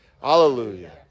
Hallelujah